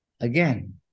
again